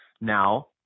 Now